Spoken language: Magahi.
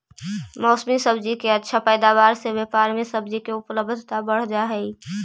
मौसमी सब्जि के अच्छा पैदावार से बजार में सब्जि के उपलब्धता बढ़ जा हई